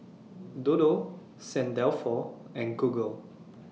Dodo Saint Dalfour and Google